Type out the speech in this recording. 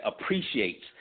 appreciates